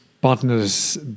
Partners